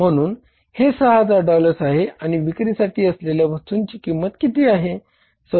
म्हणून हे 6000 डॉलर्स आहे आणि विक्रीसाठी असलेल्या वस्तूंची किंमत किती आहे